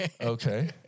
Okay